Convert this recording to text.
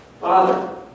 Father